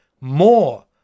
more